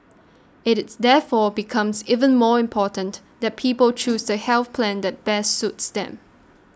it is therefore becomes even more important that people choose the health plan that best suits them